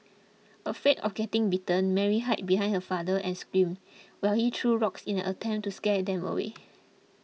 afraid of getting bitten Mary hid behind her father and screamed while he threw rocks in an attempt to scare them away